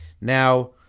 Now